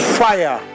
fire